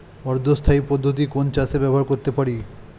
অর্ধ স্থায়ী পদ্ধতি কোন চাষে ব্যবহার করতে পারি?